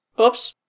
Oops